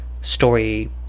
story